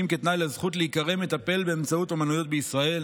כתנאי לזכות להיקרא מטפל באמצעות אומנויות בישראל,